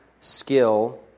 skill